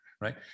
right